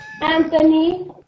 Anthony